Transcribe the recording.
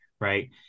Right